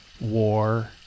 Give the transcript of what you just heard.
war